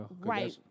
Right